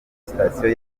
sitasiyo